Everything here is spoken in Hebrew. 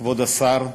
כבוד השר,